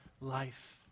life